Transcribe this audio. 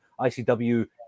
ICW